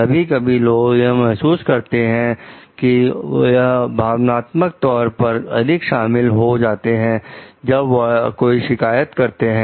कभी कभी लोग यह महसूस करते हैं कि वह भावनात्मक तौर पर अधिक शामिल हो जाते हैं जब वह कोई शिकायत करते हैं